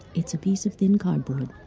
it's a piece of thin cardboard,